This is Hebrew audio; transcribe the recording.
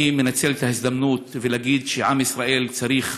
אני מנצל את ההזדמנות להגיד שעם ישראל צריך